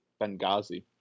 Benghazi